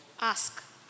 ask